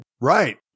Right